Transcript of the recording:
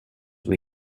were